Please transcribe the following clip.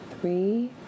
three